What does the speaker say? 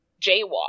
jaywalk